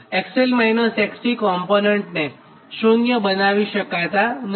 XL- XC કોમ્પોનન્ટને શુન્ય બનાવી શકાતા નથી